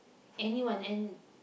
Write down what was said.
anyone and